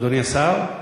אדוני השר,